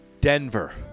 Denver